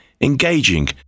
engaging